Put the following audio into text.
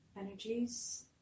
energies